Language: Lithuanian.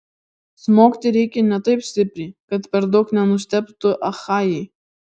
smogti reikia ne taip stipriai kad per daug nenustebtų achajai